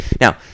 now